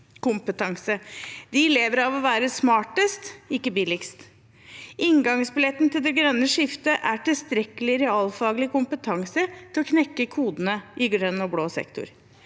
De lever av å være smartest, ikke billigst. Inngangsbilletten til det grønne skiftet er tilstrekkelig realfaglig kompetanse til å knekke kodene i grønn og blå sektor.